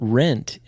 rent